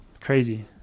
crazy